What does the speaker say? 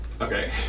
Okay